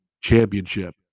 championship